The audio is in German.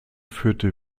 führte